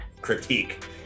critique